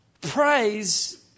Praise